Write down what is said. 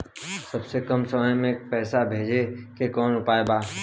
सबसे कम समय मे पैसा भेजे के कौन उपाय बा?